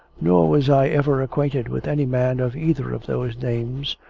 nor was i ever acquainted with any man of either of those names,